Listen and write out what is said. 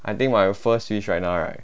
I think my first wish right now right